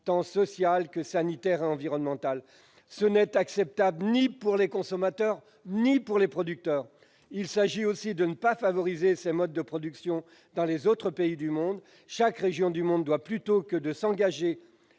tant social que sanitaire et environnemental. Ce n'est acceptable ni pour les consommateurs ni pour les producteurs. Il s'agit aussi de ne pas favoriser ces modes de production dans les autres pays du monde. Chaque région, plutôt que de s'engager